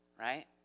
right